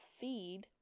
feed